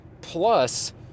plus